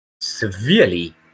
severely